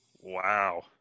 Wow